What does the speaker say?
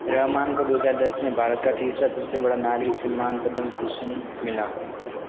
रहमान को दो हज़ार दस में भारत का तीसरा सबसे बड़ा नागरिक सम्मान पद्म भूषण मिला